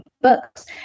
books